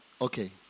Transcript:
okay